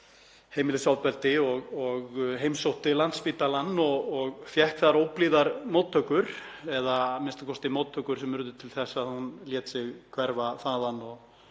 heimilisofbeldi og fór á Landspítalann og fékk þar óblíðar móttökur eða a.m.k. móttökur sem urðu til þess að hún lét sig hverfa þaðan og